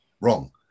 wrong